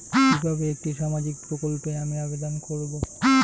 কিভাবে একটি সামাজিক প্রকল্পে আমি আবেদন করব?